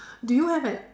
do you have that